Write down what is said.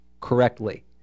correctly